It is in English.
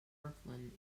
kirkland